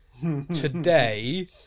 today